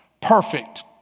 Perfect